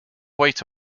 wait